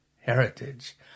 heritage